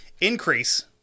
increase